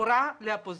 הוא רע לאופוזיציה.